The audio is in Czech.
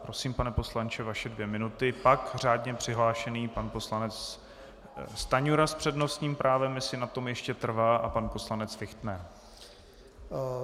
Prosím, pane poslanče, vaše dvě minuty, pak řádně přihlášený pan poslanec Stanjura s přednostním právem, jestli na tom ještě trvá, a pan poslanec Fichtner.